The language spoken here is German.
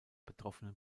betroffenen